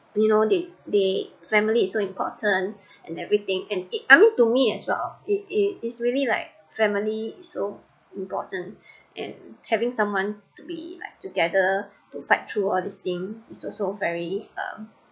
you know they they family is so important and everything and I mean to me as well it it is really like family so important and having someone to be like together to fight through all these things is also very um